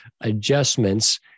adjustments